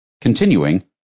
Continuing